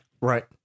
Right